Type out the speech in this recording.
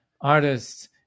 artists